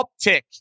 uptick